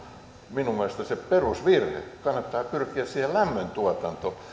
minun mielestäni se perusvirhe kannattaa pyrkiä siihen lämmöntuotantoon